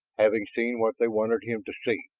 having seen what they wanted him to see?